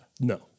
No